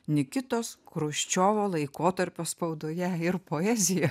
nikitos chruščiovo laikotarpio spaudoje ir poezijoje